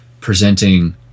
presenting